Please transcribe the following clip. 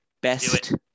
best